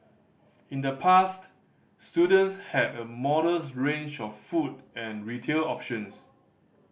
in the past students had a modest range of food and retail options